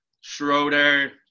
Schroeder